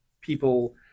people